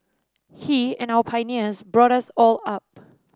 he and our pioneers brought us all up